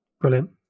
Brilliant